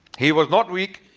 he was not weak.